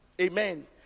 Amen